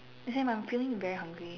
hey mum feeling very hungry